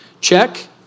check